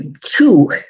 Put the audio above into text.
two